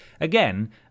again